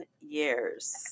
years